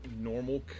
normal